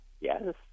Yes